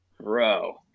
Bro